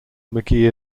mcgee